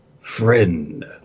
friend